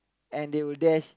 and they will dash